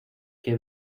que